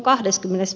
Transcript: päivä